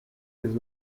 his